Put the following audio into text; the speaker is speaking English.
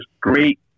great